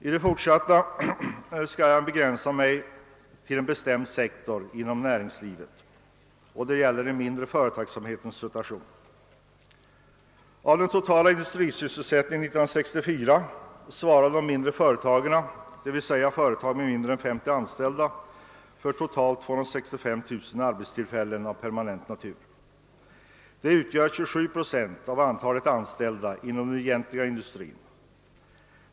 I fortsättningen skall jag begränsa mig till en bestämd sektor av närings livet, nämligen den mindre företagsamheten och dess situation. Av den totala industrisysselsättningen 1964 svarade de mindre företagen, d.v.s. företag med mindre än 50 anställda, för sammanlagt 265 000 arbetstillfällen av permanent natur. Det utgör 27 procent av antalet anställda inom den egentliga industrin.